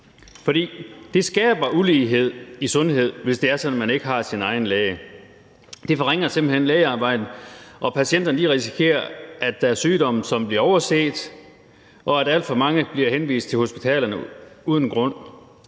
For det skaber ulighed i sundhed, hvis det er sådan, at man ikke har sin egen læge. Det forringer simpelt hen lægearbejdet, og patienterne risikerer, at der er sygdomme, som bliver overset, og man risikerer, at alt for mange bliver henvist til hospitalerne uden grund.